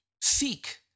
Seek